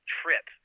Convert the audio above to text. trip